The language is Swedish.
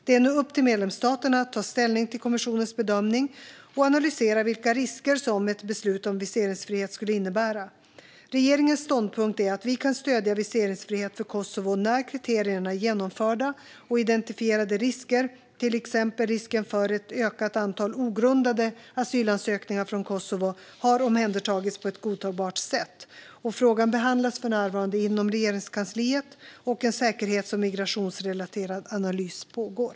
Det är nu upp till medlemsstaterna att ta ställning till kommissionens bedömning och analysera vilka risker som ett beslut om viseringsfrihet skulle innebära. Regeringens ståndpunkt är att vi kan stödja viseringsfrihet för Kosovo när kriterierna är genomförda och identifierade risker, till exempel risken för ett ökat antal ogrundade asylansökningar från Kosovo, har omhändertagits på ett godtagbart sätt. Frågan behandlas för närvarande inom Regeringskansliet, och en säkerhets och migrationsrelaterad analys pågår.